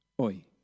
oi